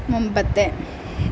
മുമ്പത്തെ